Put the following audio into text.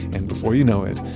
and before you know it,